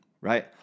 right